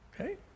Okay